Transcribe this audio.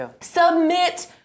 Submit